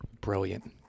brilliant